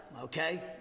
okay